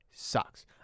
Sucks